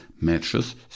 matches